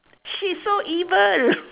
she's so evil